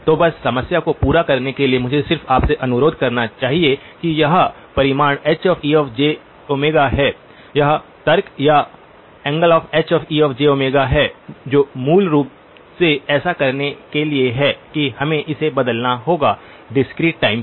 तो बस इस समस्या को पूरा करने के लिए मुझे सिर्फ आपसे अनुरोध करना चाहिए कि यह परिमाण Hejω है यह तर्क या ∠Hejω है जो मूल रूप से ऐसा करने के लिए है कि हमें इसे बदलना होगा डिस्क्रीट टाइम पर